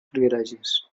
privilegis